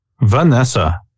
Vanessa